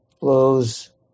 blows